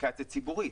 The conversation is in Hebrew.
אפליקציה ציבורית?